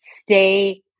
stay